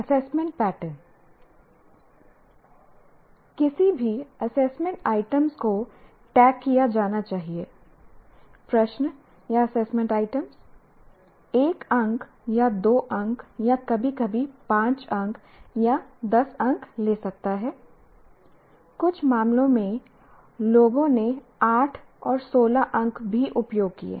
assessment pattern किसी भी assessment items को टैग किया जाना चाहिए प्रश्न या एसेसमेंट आइटम्स 1 अंक या 2 अंक या कभी कभी 5 अंक या 10 अंक ले सकता है कुछ मामलों में लोगों ने 8 और 16 अंक भी उपयोग किए